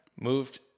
Moved